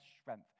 strength